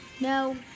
no